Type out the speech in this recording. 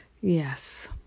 Yes